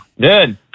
good